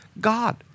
God